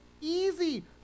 easy